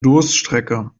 durststrecke